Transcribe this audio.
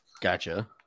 Gotcha